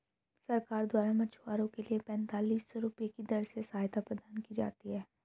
सरकार द्वारा मछुआरों के लिए पेंतालिस सौ रुपये की दर से सहायता प्रदान की जाती है